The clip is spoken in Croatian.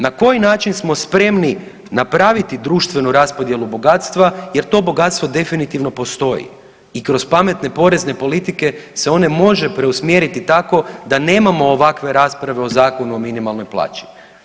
Na koji način smo spremni napraviti društvenu raspodjelu bogatstva jer to bogatstvo definitivno postoji i kroz pametne porezne politike se one može preusmjeriti tako da nemamo ovakve rasprave o Zakonu o minimalnoj plaći.